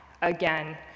again